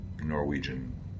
Norwegian